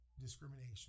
discrimination